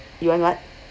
you are not